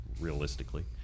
realistically